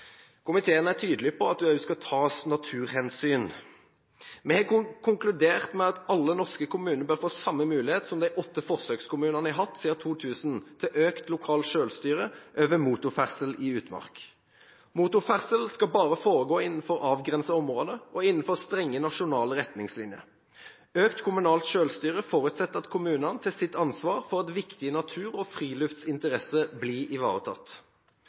Komiteen er tydelig på at det også skal tas naturhensyn. Vi har konkludert med at alle norske kommuner bør få samme mulighet som de åtte forsøkskommunene har hatt siden år 2000, til økt lokalt selvstyre over motorferdsel i utmark. Motorferdsel skal bare foregå innenfor avgrensede områder og innenfor strenge nasjonale retningslinjer. Økt kommunalt selvstyre forutsetter at kommunene tar sitt ansvar for at viktige natur- og friluftsinteresser blir ivaretatt.